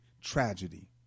tragedy